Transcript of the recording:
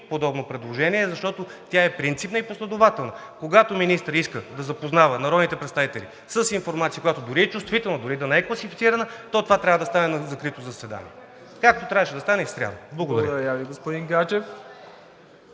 подобно предложение, защото позицията на ГЕРБ е принципна и последователна. Когато министър иска да запознае народните представители с информация, която дори и да е чувствителна, дори да не е класифицирана, то това трябва да стане на закрито заседание, както трябваше да стане и в сряда. Благодаря Ви.